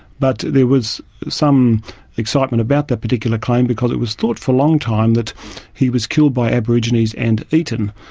but there was some excitement about that particular claim because it was thought for a long time that he was killed by aborigines and eaten,